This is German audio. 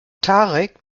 tarek